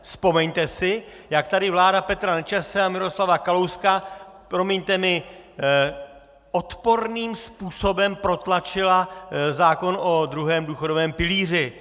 Vzpomeňte si, jak tedy vláda Petra Nečase a Miroslava Kalouska, promiňte mi, odporným způsobem protlačila zákon o druhém důchodovém pilíři.